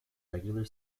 regular